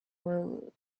will